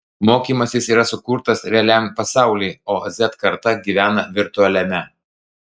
mokymasis yra sukurtas realiam pasauliui o z karta gyvena virtualiame